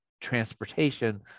transportation